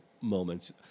moments